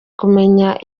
kumenya